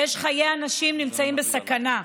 וחיי האנשים נמצאים בסכנה.